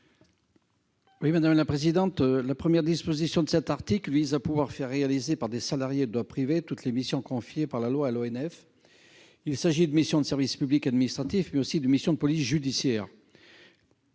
n° 34 rectifié . La première disposition de l'article 33 vise à pouvoir faire réaliser par des salariés de droit privé toutes les missions confiées par la loi à l'ONF. Il s'agit de missions de service public administratif, mais aussi de missions de police judiciaire.